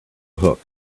hook